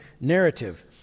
narrative